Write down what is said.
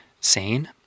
sane